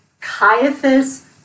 Caiaphas